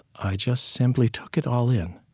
i just simply took it all in.